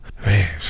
Man